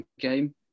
game